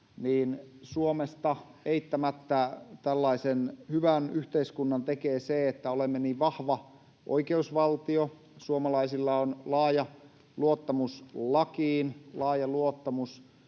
niin Suomesta eittämättä tällaisen hyvän yhteiskunnan tekee se, että olemme niin vahva oikeusvaltio. Suomalaisilla on laaja luottamus lakiin, laaja luottamus